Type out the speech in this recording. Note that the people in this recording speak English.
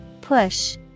Push